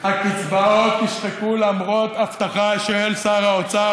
הקצבאות נשחקו למרות הבטחה של שר האוצר